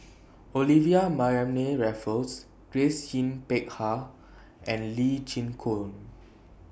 Olivia Mariamne Raffles Grace Yin Peck Ha and Lee Chin Koon